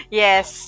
yes